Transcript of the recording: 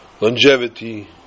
longevity